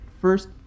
first